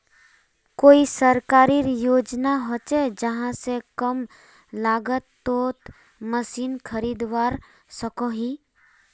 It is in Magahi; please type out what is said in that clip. कोई सरकारी योजना होचे जहा से कम लागत तोत मशीन खरीदवार सकोहो ही?